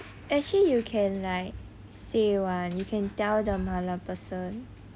actually you can like say one you can tell the 麻辣 person